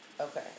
okay